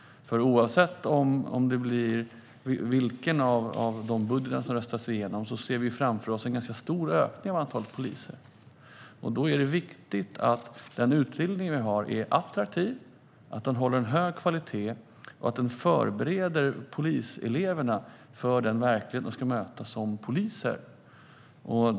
Oavsett vilken budget som röstas igenom ser vi nämligen framför oss en ganska stor ökning av antalet poliser. Då är det viktigt att den utbildning som vi har är attraktiv, att den håller en hög kvalitet och att den förbereder poliseleverna för den verklighet som de ska möta som poliser.